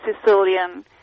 Sicilian